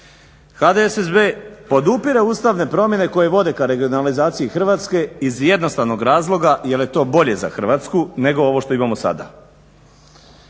HDSSB podupire ustavne promjene koje vode ka regionalizaciji Hrvatske iz jednostavnog razloga jer je to bolje za Hrvatsku nego ovo što imamo sada.